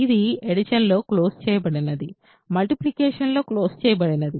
ఇది అడిషన్ లో క్లోజ్ చేయబడినది మల్టిప్లికేషన్ లో క్లోజ్ చేయబడినది